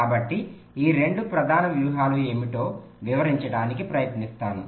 కాబట్టి ఈ 2 ప్రధాన వ్యూహాలు ఏమిటో వివరించడానికి ప్రయత్నిస్తాను